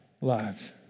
lives